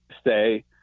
stay